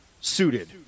suited